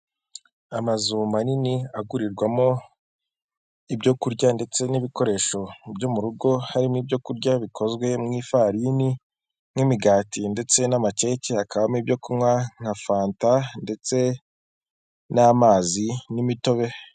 Amazu manini agurirwamo ibyo kurya ndetse n'ibikoresho byo mu rugo harimo ibyo kurya bikozwe mu ifarini nk'imigati ndetse n'amakeke, hakabamo ibyo kunywa nka fanta ndetse n'amazi n'imitobe.